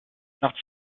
nach